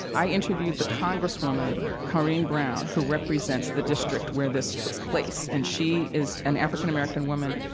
i interviewed the congresswoman corrine brown who represents the district where this took place. and she is an african-american woman,